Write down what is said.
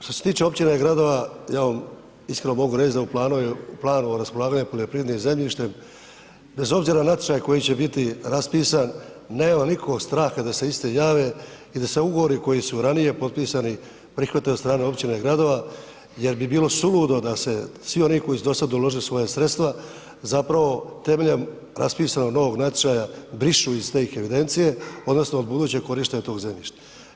Što se tiče općina i gradova, ja vam iskreno mogu reći da u planu o raspolaganju poljoprivrednim zemljištem, bez obzira na natječaj koji će biti raspisan, nema nitko straha da se iste jave i da se ugovori koji su ranije potpisani, prihvate od strane općina i gradova jer bi bilo bilo suludo da se svi oni koji su dosad uložili svoja sredstva zapravo temeljem raspisanog novog natječaja brišu iz te evidencije odnosno od budućeg korištenja tog zemljišta.